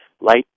light